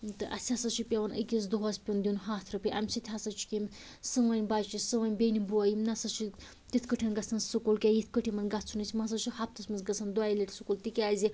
تہِ اسہِ ہَسا چھِ پیٚوان أکِس دۄہس پیٚوان دیٛن ہَتھ رۄپیہِ اَمہِ سۭتۍ ہَسا چھِ یِم سٲنۍ بچہٕ سٲنۍ بیٚنہِ بھوے یِم نَہ سا چھِ تِتھ کٲٹھۍ گَژھان سُکوٗل کیٚنٛہہ یِتھ کٲٹھۍ یِمن گژھُن اوس یِم ہَسا چھِ ہفتس منٛز گَژھان دۄیہِ لَٹہِ سُکوٗل تِکیٛازِ